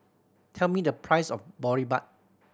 tell me the price of Boribap